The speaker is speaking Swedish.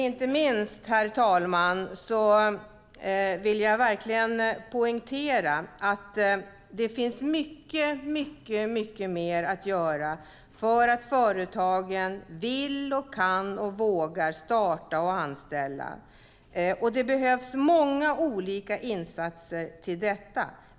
Sist men inte minst vill jag verkligen poängtera att det finns mycket mer att göra för att människor ska vilja, kunna och våga starta företag och anställa. Det behövs många olika insatser för detta.